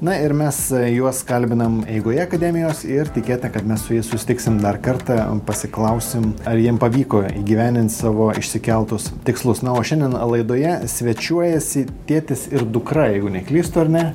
na ir mes juos kalbinam eigoje akademijos ir tikėtina kad mes su jais susitiksim dar kartą pasiklausim ar jiem pavyko įgyvendint savo išsikeltus tikslus na o šiandien laidoje svečiuojasi tėtis ir dukra jeigu neklystu ar ne